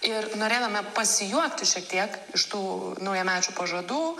ir norėjome pasijuokti šiek tiek iš tų naujamečių pažadų